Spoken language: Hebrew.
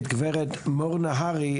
את גברת מור נהרי,